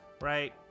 right